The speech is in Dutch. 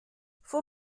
voor